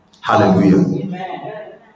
Hallelujah